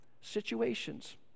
situations